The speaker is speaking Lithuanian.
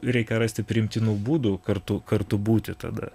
reikia rasti priimtinų būdų kartu kartu būti tada